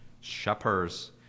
shepherds